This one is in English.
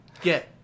Get